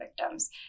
victims